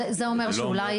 זה אומר שאולי